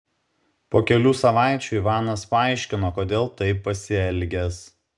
po kelių savaičių ivanas paaiškino kodėl taip pasielgęs